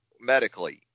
medically